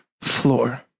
floor